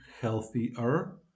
healthier